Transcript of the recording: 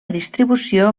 distribució